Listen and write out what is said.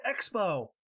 Expo